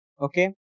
Okay